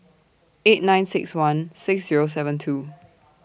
eight nine six one six Zero seven two